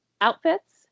outfits